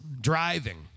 driving